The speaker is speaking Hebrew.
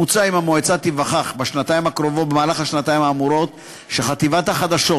מוצע כי אם המועצה תיווכח במהלך השנתיים האמורות שחטיבת החדשות